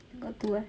got two eh